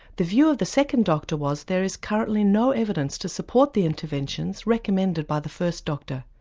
the view of the second doctor was there is currently no evidence to support the interventions recommended by the first doctor.